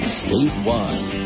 statewide